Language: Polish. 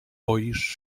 boisz